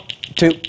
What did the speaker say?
two